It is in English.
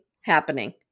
happening